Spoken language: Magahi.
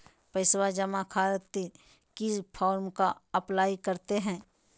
पैसा जमा खातिर किस फॉर्म का अप्लाई करते हैं?